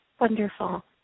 Wonderful